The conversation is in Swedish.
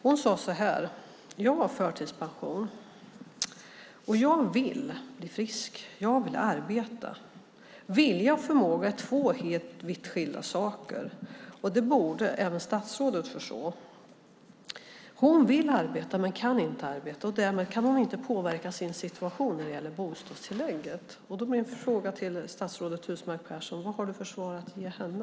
Hon sade så här: Jag har förtidspension, och jag vill bli frisk. Jag vill arbeta. Vilja och förmåga är två vitt skilda saker, och det borde även statsrådet förstå. Hon vill arbeta men kan inte arbeta, och därmed kan hon inte påverka sin situation när det gäller bostadstillägget. Då är min fråga till statsrådet Husmark Pehrsson: Vad har du för svar att ge henne?